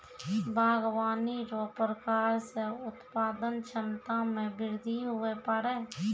बागवानी रो प्रकार से उत्पादन क्षमता मे बृद्धि हुवै पाड़ै